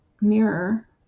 mirror